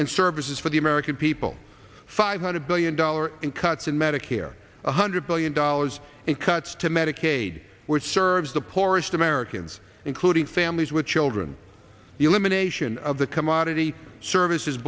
and services for the american people five hundred billion dollars in cuts in medicare one hundred billion dollars in cuts to medicaid which serves the poorest americans including families with children the elimination of the commodity services